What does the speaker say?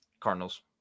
Cardinals